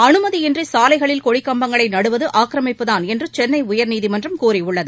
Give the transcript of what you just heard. அனுமதியின்றி சாலைகளில் கொடி கம்பங்களை நடுவது ஆக்கிரமிப்பு தான் என்று சென்னை உயர்நீதிமன்றம் கூறியுள்ளது